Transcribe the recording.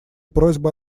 просьбы